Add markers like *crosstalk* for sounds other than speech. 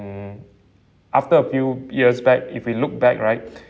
after a few years back if we look back right *breath*